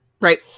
Right